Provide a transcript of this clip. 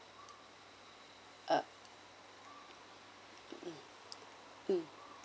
uh mm mm